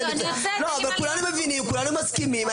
אני יוצאת כי אם --- כולנו מבינים וכולנו מסכימים,